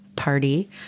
party